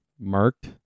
marked